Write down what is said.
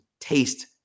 taste